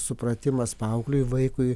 supratimas paaugliui vaikui